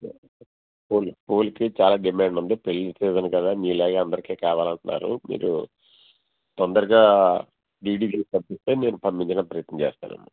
pool పూలకి చాలా demand ఉంది పెళ్ళిళ్ళ సీజన్ కదా మీలాగే అందరికి కావాలంటున్నారు మీరు తొందరగా డిడి చేసి పంపిస్తే నేను పంపించడానికి ప్రయత్నం చేస్తానమ్మా